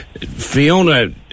Fiona